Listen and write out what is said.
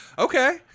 Okay